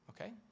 okay